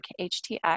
HTX